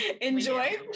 Enjoy